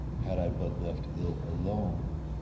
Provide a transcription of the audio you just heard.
had i but left ill alone.